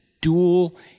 dual